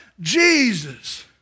Jesus